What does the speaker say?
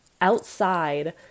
outside